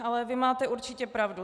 Ale vy máte určitě pravdu.